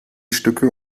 stücke